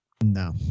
No